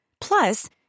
Plus